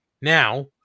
Now